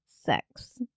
sex